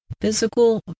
physical